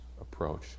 approach